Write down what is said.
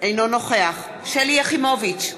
אינו נוכח שלי יחימוביץ,